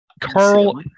Carl